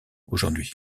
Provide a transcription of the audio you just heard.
aujourd’hui